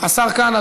השר כאן.